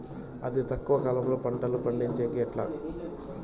అతి తక్కువ కాలంలో పంటలు పండించేకి ఎట్లా?